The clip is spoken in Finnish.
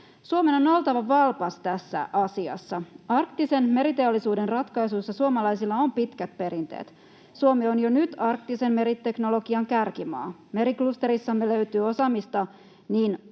Suomen on oltava valpas tässä asiassa. Arktisen meriteollisuuden ratkaisuissa suomalaisilla on pitkät perinteet. Suomi on jo nyt arktisen meriteknologian kärkimaa. Meriklusterissamme löytyy osaamista niin